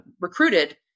recruited